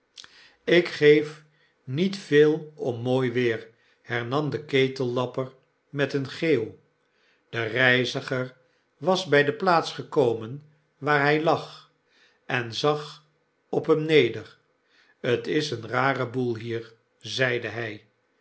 ik geef niet veel om mooi weer hernam de ketellapper met een geeuw de reiziger was by de plaats gekomen waar hy lag en zag op hem neder t is een rare boel hier zeide hy